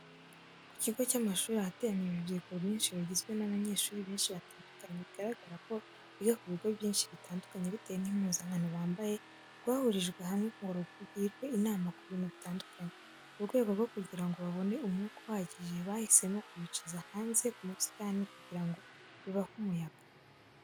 Ku kigo cy'amashuri ahateraniye urubyiruko rwinshi rugizwe n'abanyeshuri benshi batandukanye, bigaragara ko biga ku bigo byinshi bitandukanye bitewe n'impuzankano bambaye, rwahurijwe hamwe ngo rugirwe inama ku bintu bitandukanye. Mu rwego rwo kugira ngo babone umwuka uhagije, bahisemo kubicaza hanze mu busitani kugira ngo bibahe umuyaga.